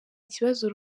kibazo